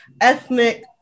ethnic